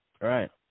Right